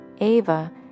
Ava